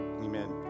amen